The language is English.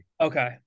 Okay